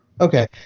Okay